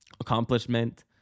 accomplishment